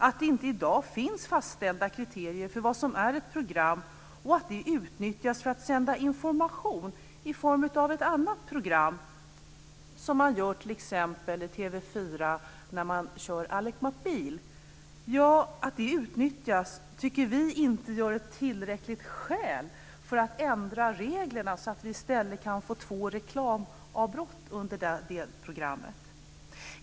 I dag finns inte fastställda kriterier för vad som är ett program och att det utnyttjas för att sända information i form av ett annat program, som man gör i t.ex. TV 4 när man kör Ally McBeal, tycker vi inte är ett tillräckligt skäl för att ändra reglerna så att vi i stället kan få två reklamavbrott under det programmet.